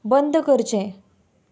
बंद करचें